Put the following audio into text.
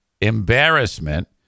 embarrassment